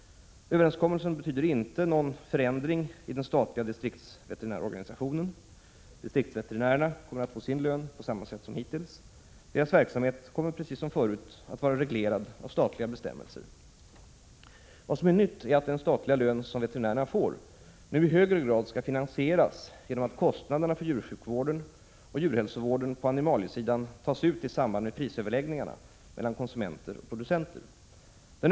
Överenskommelsen innebär inte någon förändring i den statliga distriktsveterinärorganisationen. Distriktsveterinärerna kommer att få sin lön på samma sätt som hittills. Deras verksamhet kommer precis som förut att vara reglerad av statliga bestämmelser. Vad som är nytt är att den statliga lön som veterinärerna får nu i högre grad skall finansieras genom att kostnaderna för djursjukvården och djurhälsovården på animaliesidan tas ut i samband med prisöverläggningarna mellan konsumenter och producenter.